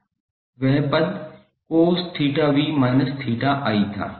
वह शब्द cos𝜃𝑣−𝜃𝑖 था